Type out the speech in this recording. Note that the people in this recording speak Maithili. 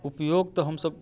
उपयोग तऽ हमसब